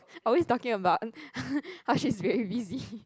always talking about how she's very busy